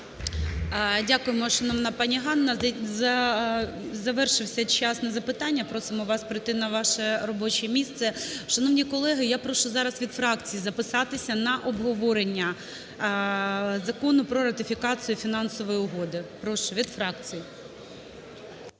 Дякуємо, шановна пані Ганно. Завершився час на запитання, просимо вас пройти на ваше робоче місце. Шановні колеги, я прошу зараз від фракцій записатися на обговорення Закону про ратифікацію фінансової угоди. Прошу, від фракцій.